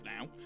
now